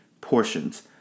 portions